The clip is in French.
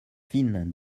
fine